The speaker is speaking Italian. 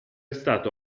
stato